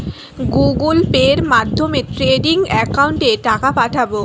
Google পের মাধ্যমে trading একাউন্টে টাকা পাঠাবো?